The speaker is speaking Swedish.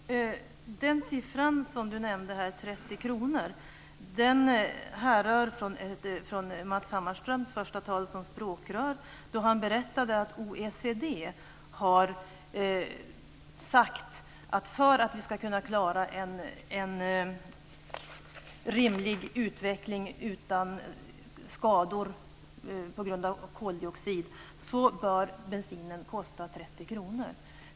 Herr talman! Den siffra som Ola Sundell nämnde, 30 kr, härrör från Matz Hammarströms första tal som språkrör då han berättade att OECD har sagt att för att vi ska kunna klara en rimlig utveckling utan skador på grund av koldioxid bör bensinen kosta 30 kr.